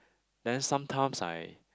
then sometimes I